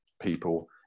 people